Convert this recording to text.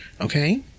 Okay